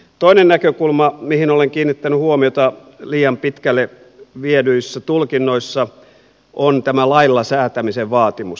toinen näkökulma mihin olen kiinnittänyt huomiota liian pitkälle viedyissä tulkinnoissa on tämä lailla säätämisen vaatimus